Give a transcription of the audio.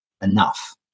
enough